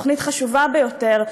תוכנית חשובה ביותר,